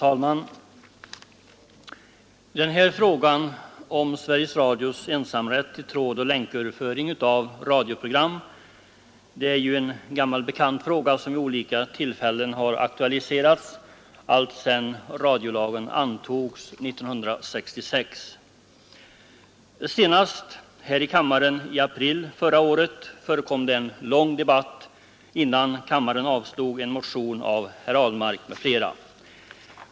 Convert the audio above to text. Herr talman! Frågan om Sveriges Radios ensamrätt till trådoch länköverföring av radioprogram är en gammal bekant fråga, som vid olika tillfällen aktualiserats alltsedan radiolagen antogs 1966. Senast den 7 april förra året förekom det här i kammaren en lång debatt innan en motion av herr Ahlmark m.fl. avslogs.